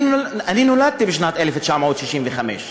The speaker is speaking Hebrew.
אני נולדתי בשנת 1965,